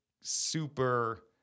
super